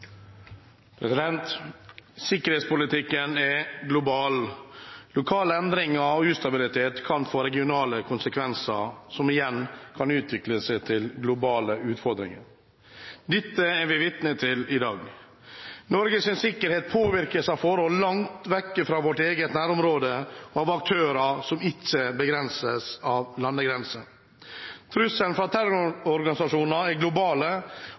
Sikkerhetspolitikken er global. Lokale endringer og ustabilitet kan få regionale konsekvenser, som igjen kan utvikle seg til globale utfordringer. Dette er vi vitne til i dag. Norges sikkerhet påvirkes av forhold langt vekk fra vårt eget nærområde, av aktører som ikke begrenses av landegrenser. Trusselen fra terrororganisasjoner er